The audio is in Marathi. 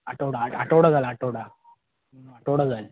आठवडा आठवडा झाला आठवडा आठवडा जाईल